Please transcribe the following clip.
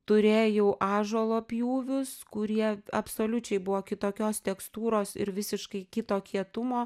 turėjau ąžuolo pjūvius kurie absoliučiai buvo kitokios tekstūros ir visiškai kito kietumo